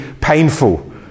painful